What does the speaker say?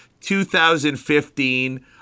2015